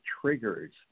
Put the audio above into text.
triggers